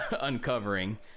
uncovering